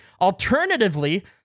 Alternatively